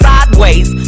Sideways